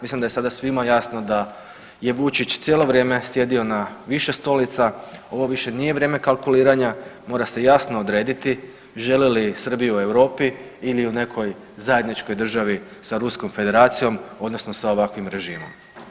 Mislim da je svima jasno da je Vučić cijelo vrijeme sjedio na više stolica, ovo više nije vrijeme kalkuliranja, mora se jasno odrediti žele li Srbiju u Europi ili u nekoj zajedničkoj državi sa Ruskom federacijom, odnosno sa ovakvim režimom.